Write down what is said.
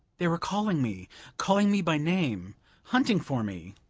they were calling me calling me by name hunting for me!